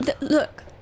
look